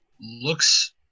looks